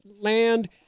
land